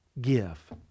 give